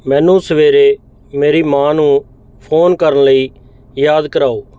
ਮੈਨੂੰ ਸਵੇਰੇ ਮੇਰੀ ਮਾਂ ਨੂੰ ਫ਼ੋਨ ਕਰਨ ਲਈ ਯਾਦ ਕਰਾਓ